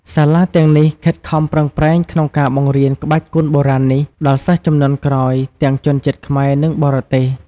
សាលាទាំងនេះខិតខំប្រឹងប្រែងក្នុងការបង្រៀនក្បាច់គុនបុរាណនេះដល់សិស្សជំនាន់ក្រោយ ទាំងជនជាតិខ្មែរ និងបរទេស។